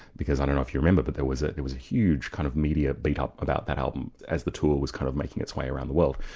i don't know if you remember, but there was ah there was a huge kind of media beat-up about that album as the tour was kind of making its way around the world.